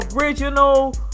original